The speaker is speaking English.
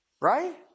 Right